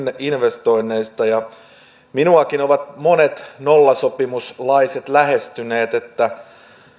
investoinneista minuakin ovat monet nollasopimuslaiset lähestyneet että